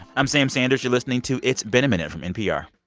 i'm sam sanders. you're listening to it's been a minute from npr.